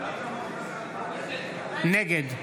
נגד